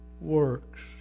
works